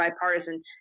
bipartisan